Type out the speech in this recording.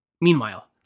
Meanwhile